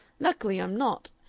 luckily i'm not.